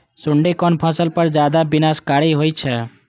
सुंडी कोन फसल पर ज्यादा विनाशकारी होई छै?